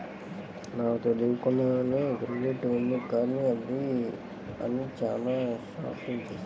నాకు తెలియకుండానే క్రెడిట్ ఉంది కదా అని చానా షాపింగ్ చేశాను